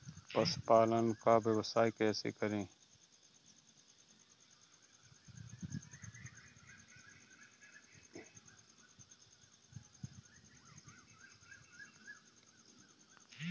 पशुपालन का व्यवसाय कैसे करें?